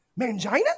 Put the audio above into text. mangina